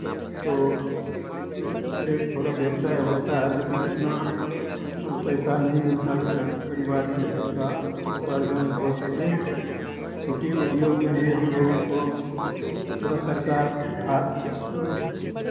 तो तो उससे थोड़ा व्यवसाय होता है लेकिन इतना पैसा नहीं मिलता कि ताकि परिवार के जीविकापार्जन हो सके कुटीर उदियोग में भी हम लोगों को थोड़ा सरकार हाथ